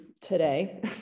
today